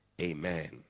Amen